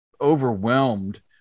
overwhelmed